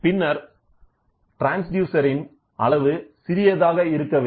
பின்னர் ட்ரான்ஸ்டியூசர் இன் அளவு சிறியதாக இருக்க வேண்டும்